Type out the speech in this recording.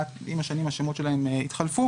עם השנים השמות שלהם התחלפו